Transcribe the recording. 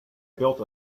built